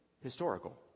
historical